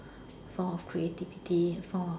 form of creativity form of